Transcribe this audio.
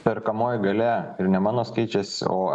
perkamoji galia ir ne mano skaičiais o